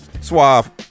Suave